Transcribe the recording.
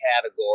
category